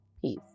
Peace